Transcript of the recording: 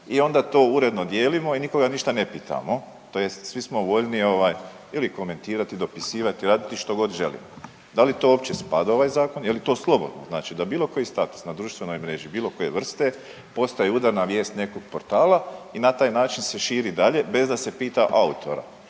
i onda to uredno dijelimo i nikoga ništa ne pitamo tj. svi smo voljni ovaj ili komentirati, dopisivati, raditi što god želimo. Da li to uopće spada u ovaj zakon, je li to slobodno znači da bilo koji status na društvenoj mreži bilo koje vrste postaje udarna vijest nekog portala i na taj način se širi dalje bez da se pita autora